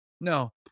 No